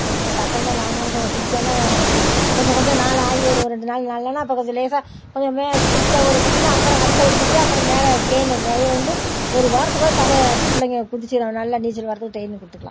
அப்புறம் பத்திரமா வாங்கன்னு சொல்லி குதிச்சோடன கொஞ்சம் கொஞ்சம் நாளாகி ஒரு ஒரு ரெண்டு நாள் நாலு நாள்னால் அப்போ கொஞ்சம் லேசாக கொஞ்சம் மேலே திட்டில் ஒரு குதின்னால் அப்புறம் அடுத்த ஒரு திட்டு அப்புறம் மேலே கேணியில் இந்த உயரம் இருந்து ஒரு வாரத்துக்குள்ளே தலை பிள்ளைங்க குதிச்சிடும் நல்லா நீச்சல் வர்றத்துக்கு ட்ரெய்னிங் கொடுத்துக்கலாம்